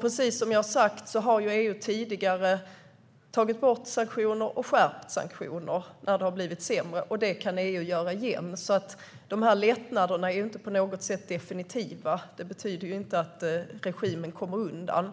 Precis som jag har sagt har EU tidigare tagit bort sanktioner och sedan skärpt sanktioner när det har blivit sämre. Det kan EU göra igen. Dessa lättnader är alltså inte på något sätt definitiva. Det betyder inte att regimen kommer undan.